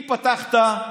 אם פתחת,